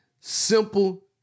Simple